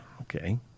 okay